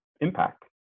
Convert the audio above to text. impact